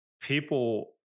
people